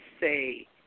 say